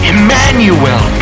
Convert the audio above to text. Emmanuel